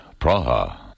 Praha. (